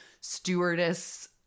stewardess-